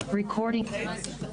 הישיבה ננעלה בשעה